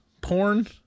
porn